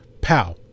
pow